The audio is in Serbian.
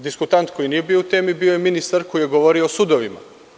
Diskutant koji nije bio u temi bio je ministar koji je govorio o sudovima.